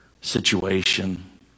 situation